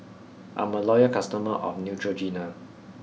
I'm a loyal customer of Neutrogena